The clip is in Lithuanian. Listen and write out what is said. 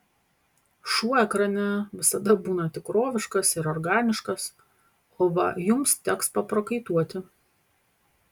šuo ekrane visada būna tikroviškas ir organiškas o va jums teks paprakaituoti